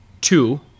two